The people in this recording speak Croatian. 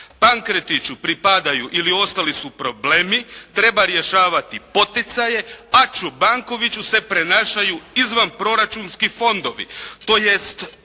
Pankretiću pripadaju ili ostali su problemi. Treba rješavati poticaje a Čobankoviću se prenašaju izvan proračunski fondovi tj.